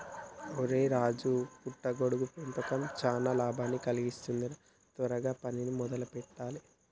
ఒరై రాజు పుట్ట గొడుగుల పెంపకం చానా లాభాన్ని కలిగిస్తుంది రా త్వరగా పనిని మొదలు పెట్టాలే